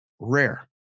rare